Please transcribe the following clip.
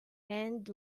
and